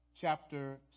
chapter